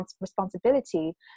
responsibility